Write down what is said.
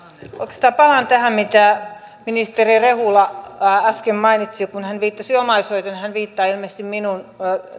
oikeastaan palaan tähän mitä ministeri rehula äsken mainitsi kun hän viittasi omaishoitoon hän viittaa ilmeisesti minun